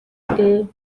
дээ